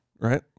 Right